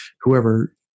whoever